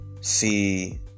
see